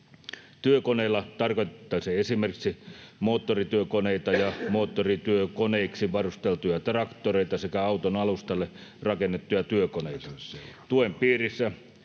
Työkoneilla tarkoitettaisiin esimerkiksi moottorityökoneita ja moottorityökoneiksi varusteltuja traktoreita sekä auton alustalle rakennettuja työkoneita. Tuen piirissä